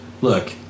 look